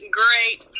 great